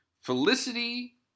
Felicity